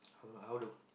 how how to